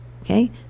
okay